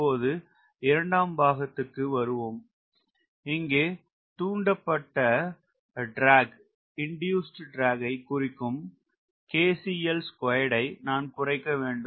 இப்போது இரண்டாம் பாகத்துக்கு வருவோம் இங்கே தூண்டப்பட்ட ட்ராக் ஐக் குறிக்கும் ஐ நான் குறைக்க வேண்டும்